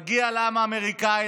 מגיע לעם האמריקאי,